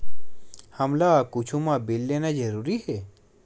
हमला कुछु मा बिल लेना जरूरी हे?